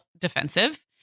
defensive